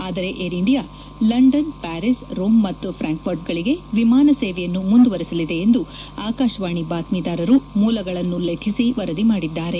ಆದರೆ air India London Paris Rome ಮತ್ತು ಫ್ರಾಂಕ್ಫರ್ಟ್ಗಳಿಗೆ ವಿಮಾನ ಸೇವೆಯನ್ನು ಮುಂದುವರಿಸಲಿದೆ ಎಂದು ಆಕಾಶವಾಣಿ ಬಾತ್ವೀದಾರರು ಮೂಲಗಳನ್ನು ಉಲ್ಲೇಖಿಸಿ ವರದಿ ಮಾಡಿದ್ದಾರೆ